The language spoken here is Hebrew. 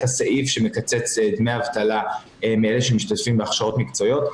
הסעיף שמקצץ דמי אבטלה מאלה שמשתתפים בהכשרות מקצועיות.